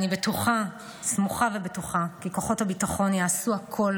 אני סמוכה ובטוחה כי כוחות הביטחון יעשו הכול